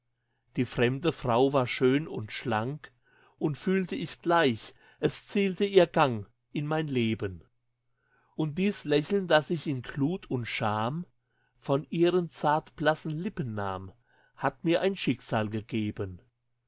die fremde frau war schön und schlank und fühlte ich gleich es zielte ihr gang in mein leben und dies lächeln das ich in glut und scham von ihren zartblassen lippen nahm hat mir ein schicksal gegeben